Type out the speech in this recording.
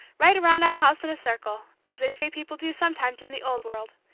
right around our house in a circle, as they say people do sometimes in the old world.